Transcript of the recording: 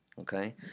Okay